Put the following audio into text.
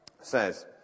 says